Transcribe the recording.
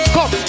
Come